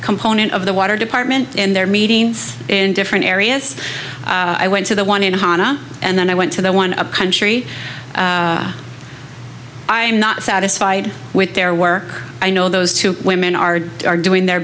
component of the water department and their meetings in different areas i went to the one in hanna and then i went to the one a country i'm not satisfied with their work i know those two women are doing their